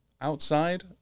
outside